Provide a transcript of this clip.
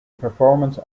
performance